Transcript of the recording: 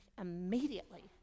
immediately